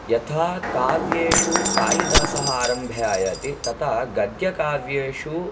यथा काव्येषु कालिदासः आरम्भे आयाति तथा गद्यकाव्येषु